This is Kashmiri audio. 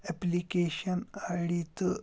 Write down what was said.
ایٚپلِکیشَن آے ڈی تہٕ